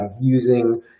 using